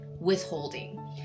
withholding